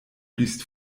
liest